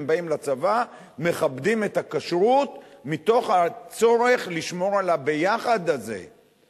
הם באים לצבא ומכבדים את הכשרות מתוך הצורך לשמור על ה"ביחד" הזה.